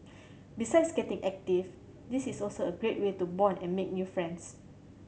besides getting active this is also a great way to bond and make new friends